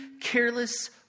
careless